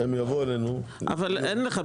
אבל אין לך.